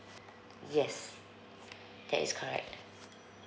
yes that is correct